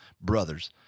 brothers